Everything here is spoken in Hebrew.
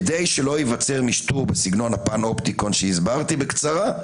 כדי שלא ייווצר משטור בסגנון הפן אופטיקון שהסברתי בקצרה,